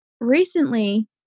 recently